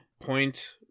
point